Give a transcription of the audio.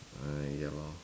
ah ya lor